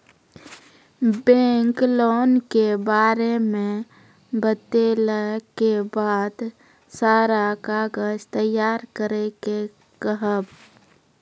Bank loan के बारे मे बतेला के बाद सारा कागज तैयार करे के कहब?